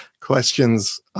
questions